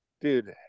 dude